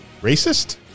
Racist